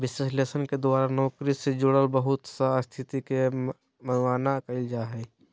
विश्लेषण के द्वारा नौकरी से जुड़ल बहुत सा स्थिति के मुआयना कइल जा हइ